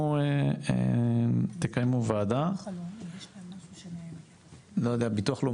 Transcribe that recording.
ביטוח לאומי פה?